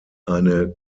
eine